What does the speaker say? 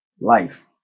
life